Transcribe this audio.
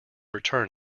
return